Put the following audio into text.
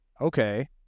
Okay